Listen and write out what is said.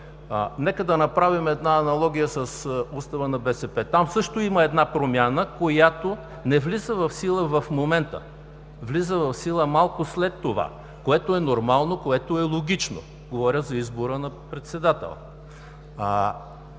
нека да направим една аналогия с Устава на БСП. Там също има една промяна, която не влиза в сила в момента. Влиза в сила малко след това, което е нормално, което е логично. Говоря за избора на председател.